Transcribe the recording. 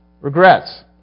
regrets